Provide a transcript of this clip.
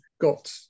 got